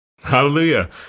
Hallelujah